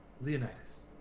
Leonidas